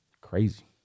crazy